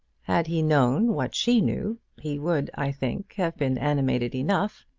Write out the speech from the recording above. had he known what she knew, he would, i think, have been animated enough,